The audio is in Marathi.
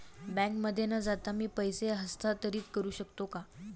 बँकेमध्ये न जाता मी पैसे हस्तांतरित करू शकतो का?